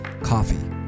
Coffee